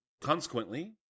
consequently